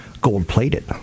gold-plated